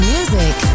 Music